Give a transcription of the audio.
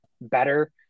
better